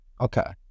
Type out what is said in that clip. Okay